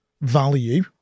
value